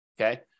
Okay